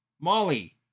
Molly